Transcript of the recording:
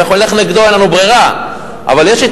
אבל אם אנחנו נלך נגדו,